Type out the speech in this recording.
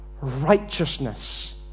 righteousness